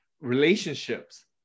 relationships